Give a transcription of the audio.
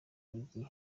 urugi